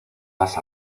las